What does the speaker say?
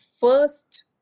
first